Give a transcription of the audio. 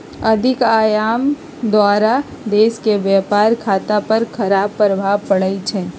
अधिक आयात द्वारा देश के व्यापार खता पर खराप प्रभाव पड़इ छइ